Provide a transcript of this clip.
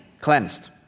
cleansed